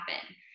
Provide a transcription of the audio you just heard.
happen